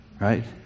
right